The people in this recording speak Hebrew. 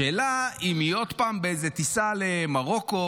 השאלה אם היא עוד פעם באיזו טיסה למרוקו,